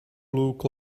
look